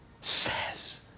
says